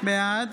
בעד